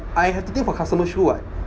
I have to think for customer's shoe what